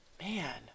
Man